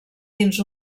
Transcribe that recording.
dins